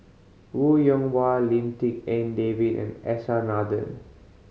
Wong Yoon Wah Lim Tik En David and S R Nathan